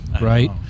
right